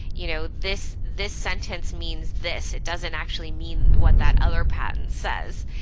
you know this this sentence means this. it doesn't actually mean what that other patent says.